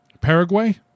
Paraguay